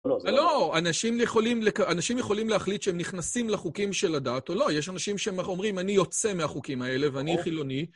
לא, אנשים יכולים להחליט שהם נכנסים לחוקים של הדת, או לא, יש אנשים שאומרים, אני יוצא מהחוקים האלה ואני חילוני.